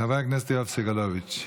חבר הכנסת יואב סגלוביץ'.